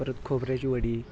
परत खोबऱ्याची वडी